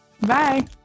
Bye